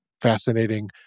fascinating